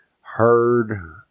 heard